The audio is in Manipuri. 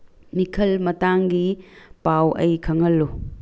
ꯃꯤꯈꯜ ꯃꯇꯥꯡꯒꯤ ꯄꯥꯎ ꯑꯩ ꯈꯪꯍꯜꯂꯨ